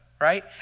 right